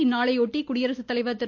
இந்நாளையொட்டி குடியரசுத்தலைவர் திரு